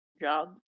job